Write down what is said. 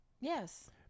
Yes